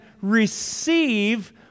receive